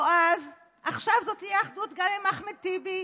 יועז, עכשיו זאת תהיה אחדות גם עם אחמד טיבי,